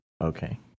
Okay